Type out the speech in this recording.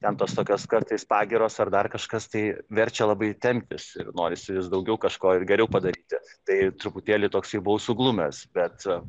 ten tos tokios kartais pagyros ar dar kažkas tai verčia labai temptis ir norisi vis daugiau kažko ir geriau padaryti tai truputėlį toks jau buvau suglumęs bet